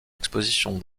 expositions